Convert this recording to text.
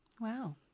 Wow